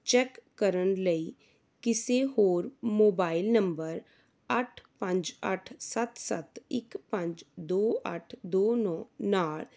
check ਕਰਨ ਲਈ ਕਿਸੇ ਹੋਰ ਮੋਬਾਇਲ ਨੰਬਰ ਅੱਠ ਪੰਜ ਅੱਠ ਸੱਤ ਸੱਤ ਇੱਕ ਪੰਜ ਦੋ ਅੱਠ ਦੋ ਨੌ ਨਾਲ